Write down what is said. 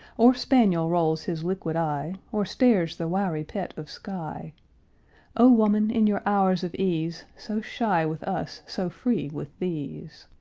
or spaniel rolls his liquid eye, or stares the wiry pet of skye o woman, in your hours of ease so shy with us, so free with these!